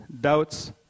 doubts